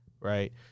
right